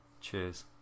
Cheers